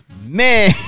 Man